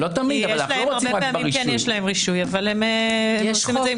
כי הרבה פעמים יש להם רישוי אבל הם -- לא תמיד.